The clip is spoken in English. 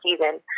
season